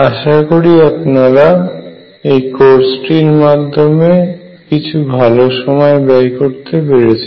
আশা করি আপনারা এই কোর্সটির মাধ্যমে কিছু ভালো সময় ব্যয় করতে পেরেছেন